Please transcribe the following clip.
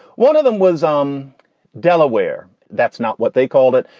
one of them was um delaware. that's not what they called it.